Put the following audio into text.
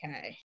Okay